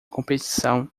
competição